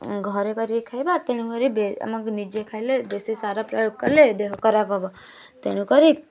ଘରେ କରିକି ଖାଇବା ତେଣୁ କରି ଆମେ ନିଜେ ଖାଇଲେ ବେଶୀ ସାର ପ୍ରୟୋଗ କଲେ ଦେହ ଖରାପ ହବ ତେଣୁ କରି